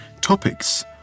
topics